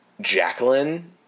Jacqueline